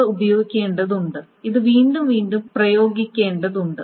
ഇവ പ്രയോഗിക്കേണ്ടതുണ്ട് ഇത് വീണ്ടും വീണ്ടും പ്രയോഗിക്കേണ്ടതുണ്ട്